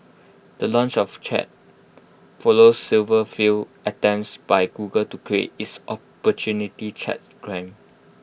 the launch of chat follows several failed attempts by Google to create its opportunity chats gram